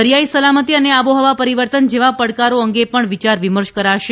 દરિયાઇ સલામતી અને આબોહવા પરિવર્તન જેવા પડકારો અંગે પણ વિચારવિમર્શ કરશે